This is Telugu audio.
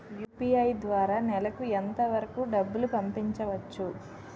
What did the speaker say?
యు.పి.ఐ ద్వారా నెలకు ఎంత వరకూ డబ్బులు పంపించవచ్చు?